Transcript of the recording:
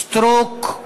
סטרוק,